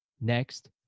Next